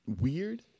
weird